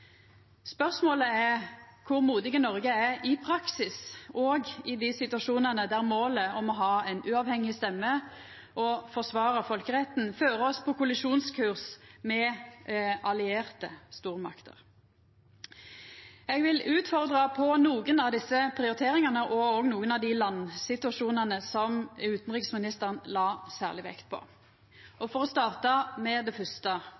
Spørsmålet er kor modig Noreg er i praksis, òg i dei situasjonane der målet om å ha ei uavhengig stemme og forsvara folkeretten fører oss på kollisjonskurs med allierte stormakter. Eg vil utfordra på nokre av desse prioriteringane og på nokre av dei landsituasjonane som utanriksministeren la særleg vekt på. For å starta med det første,